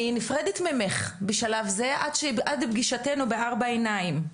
ורד אני נפרדת ממך בשלב זה עד לפגישתנו בארבע עיניים,